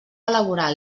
elaborar